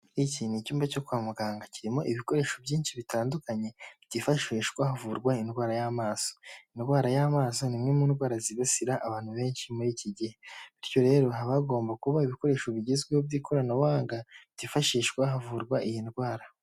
Iki ni icyumba cyo kwa muganga kirimo ibikoresho byinshi bitandukanye byifashishwa havurwa indwara y'amaso indwara y'amaso ni imwe mu ndwara zibasira abantu benshi muri iki gihe bityo rero haba hagomba kuba ibikoresho bigezweho by'ikoranabuhanga byifashishwa havurwa iyi ndwara.